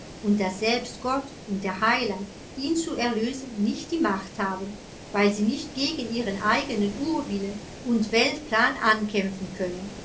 und daß selbst gott und der heiland ihn zu erlösen nicht die macht haben weil sie nicht gegen ihren eigenen urwillen und weltplan ankämpfen können